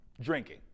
drinking